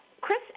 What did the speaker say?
Chris